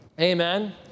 Amen